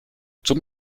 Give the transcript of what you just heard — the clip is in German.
zum